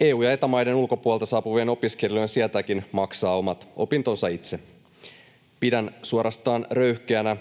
EU- ja Eta-maiden ulkopuolelta saapuvien opiskelijoiden sietääkin maksaa omat opintonsa itse. Pidän suorastaan röyhkeänä